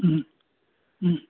ಹ್ಞೂ ಹ್ಞೂ